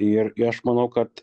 ir ir aš manau kad